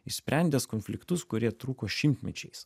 išsprendęs konfliktus kurie truko šimtmečiais